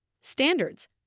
standards